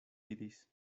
diris